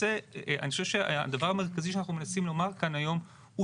אני חושב שהדבר המרכזי שאנחנו מנסים לומר כאן היום הוא